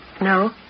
No